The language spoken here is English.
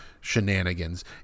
shenanigans